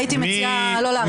הייתי מציעה לא להרחיב.